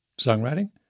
songwriting